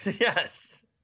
Yes